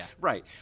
Right